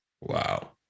Wow